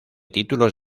títulos